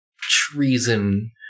treason